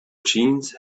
jeans